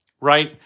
right